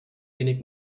wenig